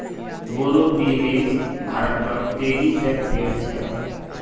बोड़ो बिजनेस भारतत तेजी से फैल छ